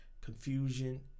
confusion